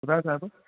ॿुधायो छा थियो